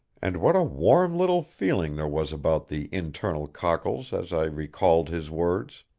and what a warm little feeling there was about the internal cockles as i recalled his words.